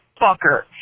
fucker